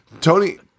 Tony